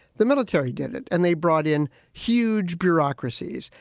the military did it. and they brought in huge bureaucracies,